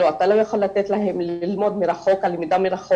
אתה לא יכול לתת להם ללמוד מרחוק ולחשוב